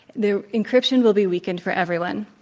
the encryption will be weakened for everyone.